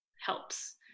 helps